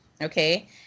okay